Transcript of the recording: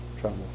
trouble